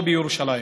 פה, בירושלים.